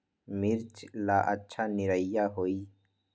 मिर्च ला अच्छा निरैया होई?